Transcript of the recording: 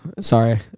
Sorry